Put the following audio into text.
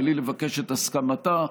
בלי לבקש את הסכמתה.